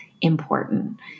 important